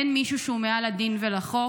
אין מישהו שהוא מעל הדין ומעל החוק.